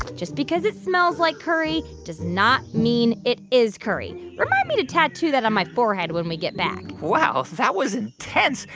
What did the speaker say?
just because it smells like curry does not mean it is curry. remind me to tattoo that on my forehead when we get back wow, that was intense.